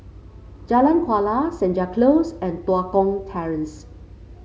Jalan Kuala Senja Close and Tua Kong Terrace